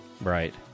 Right